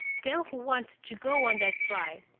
tell who wanted to go on that ride.